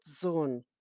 zone